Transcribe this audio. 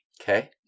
Okay